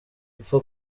apfa